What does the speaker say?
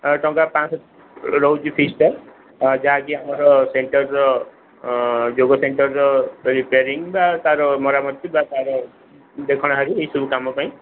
ଟଙ୍କା ପାଞ୍ଚଶହ ରହୁଛି ଫିସ୍ଟା ଯାହାକି ଆମର ସେଣ୍ଟରର ଯୋଗ ସେଣ୍ଟର୍ର ରିପାୟାରିଂ ବା ତାର ମରାମତି ବା ତାର ଦେଖଣାହାରୀ ଏହି ସବୁ କାମ ପାଇଁ